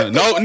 no